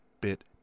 bit